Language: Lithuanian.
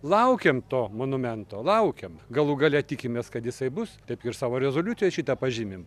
laukiam to monumento laukiam galų gale tikimės kad jisai bus taip ir savo rezoliucijoj šitą pažymim